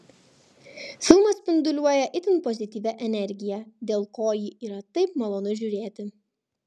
filmas spinduliuoja itin pozityvia energija dėl ko jį yra taip malonu žiūrėti